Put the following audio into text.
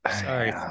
Sorry